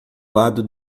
lado